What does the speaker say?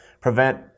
prevent